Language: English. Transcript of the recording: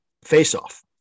face-off